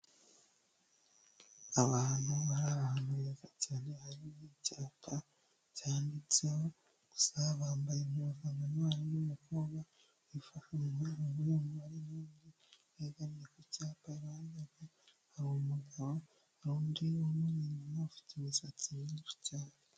Abantu bari ahantu heza cyane hari n'icyapa cyanditseho, gusa bambaye impuzankano, hari n'umukobwa bifashe mu mayunguyungu, hari n'undi wegamye ku cyapa, iruhande rwabo hari umugabo, hari undi w'umumama ufite imisatsi myinshi cyane.